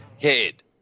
head